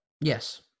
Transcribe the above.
Yes